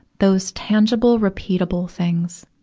those tangible, repeatable things.